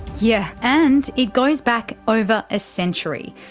yeah and it goes back over a century,